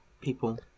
people